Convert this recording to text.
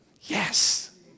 Yes